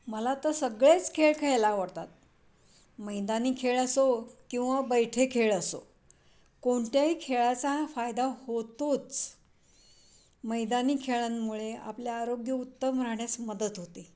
मला तर सगळेच खेळ खेळायला आवडतात मैदानी खेळ असो किंवा बैठे खेळ असो कोणत्याही खेळाचा हा फायदा होतोच मैदानी खेळांमुळे आपले आरोग्य उत्तम राहण्यास मदत होते